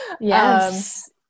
Yes